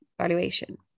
valuation